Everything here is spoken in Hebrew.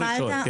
אתה התנחלת?